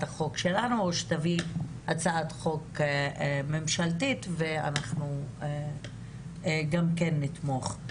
החוק שלנו או שתביא הצעת חוק ממשלתית ואנחנו גם כן נתמוך.